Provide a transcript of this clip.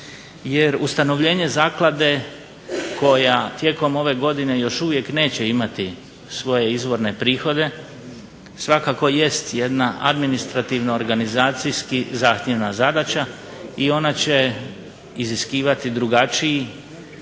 jer ustanovljenje zaklade koja tijekom ove godine još uvijek neće imati svoje izvorne prihode svakako jest jedna administrativno organizacijski zahtjevna zadaća i ona će iziskivati drugačiji,